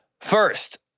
first